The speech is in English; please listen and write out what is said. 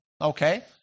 okay